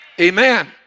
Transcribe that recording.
Amen